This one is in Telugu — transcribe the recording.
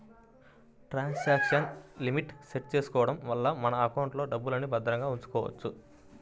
ట్రాన్సాక్షన్ లిమిట్ సెట్ చేసుకోడం వల్ల మన ఎకౌంట్లో డబ్బుల్ని భద్రంగా ఉంచుకోవచ్చు